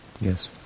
Yes